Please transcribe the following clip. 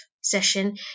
session